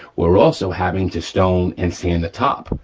we're also having to stone and sand the top,